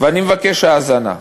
ואני מבקש האזנה,